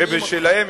לא שומעים אותך.